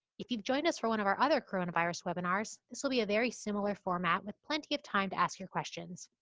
if you've joined us for one of our other coronavirus webinars, this will be a very similar format with plenty of time to ask your questions.